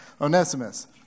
Onesimus